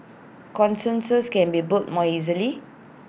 consensus can be built more easily